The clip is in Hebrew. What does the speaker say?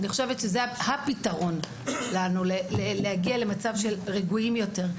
אני חושבת שזה הפתרון להגיע למצב שרגועים יותר.